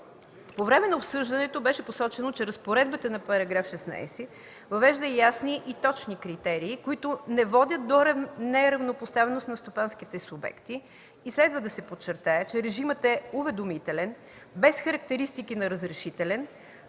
По време на обсъждането беше посочено, че разпоредбата на § 16 въвежда ясни и точни критерии, които не водят до неравнопоставеност на стопанските субекти и следва да се подчертае, че режимът е уведомителен, без характеристики на разрешителен,